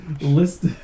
list